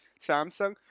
Samsung